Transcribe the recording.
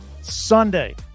Sunday